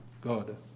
God